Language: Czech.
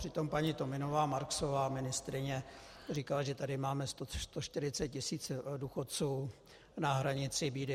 Přitom paní TominováMarksová, ministryně, říkala, že tady máme 140 tisíc důchodců na hranici bídy.